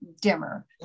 dimmer